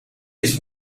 his